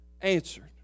answered